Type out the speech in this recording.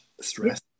stress